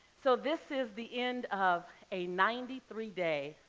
so this is the end of a ninety three day,